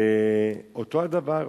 ואותו דבר,